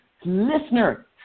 listener